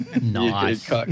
Nice